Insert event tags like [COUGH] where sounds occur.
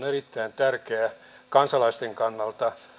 [UNINTELLIGIBLE] erittäin tärkeää kansalaisten kannalta